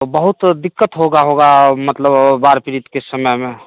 तो बहुत दिक्कत होगा होगा मतलब बार प्रीत के समय में